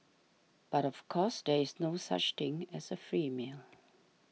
but of course there is no such thing as a free meal